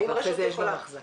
ואחרי זה יש אחזקה?